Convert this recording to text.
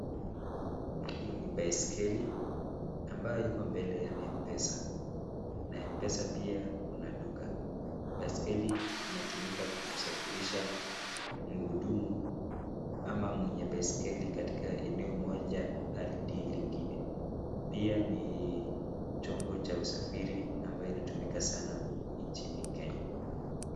Hii ni baiskeli ambayo Iko mbele ya mpesa na MPESA pia Kuna duka. Baiskeli inatumika kumsafirisha mhudumu ama mwenye baiskeli katika eneo moja Hadi lingine. Pia ni chombo Cha usafiri ambayo inatumika sana nchini Kenya.